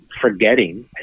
forgetting